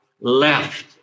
left